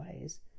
ways